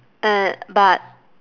and but